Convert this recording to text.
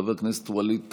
חבר הכנסת ווליד טאהא,